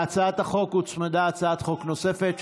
להצעת החוק הוצמדה הצעת חוק נוספת,